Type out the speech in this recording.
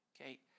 Okay